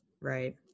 Right